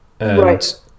Right